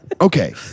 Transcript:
okay